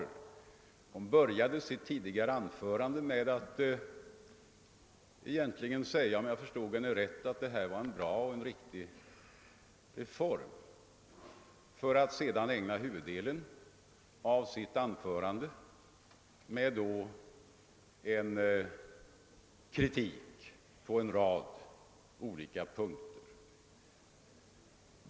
Fru Nettelbrandt började sitt tidigare anförande med att säga, om jag förstod henne rätt, att detta var en bra och riktig reform för att sedan ägna huvuddelen av sitt anförande åt kritik på en rad punkter.